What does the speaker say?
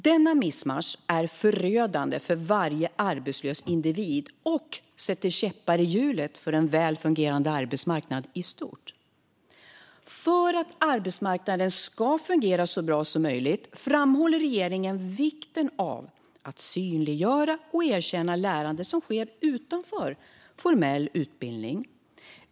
Denna missmatchning är förödande för varje arbetslös individ och sätter käppar i hjulet för en väl fungerande arbetsmarknad i stort. För att arbetsmarknaden ska fungera så bra som möjligt framhåller regeringen vikten av att synliggöra och erkänna lärande som sker utanför formell utbildning.